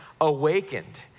awakened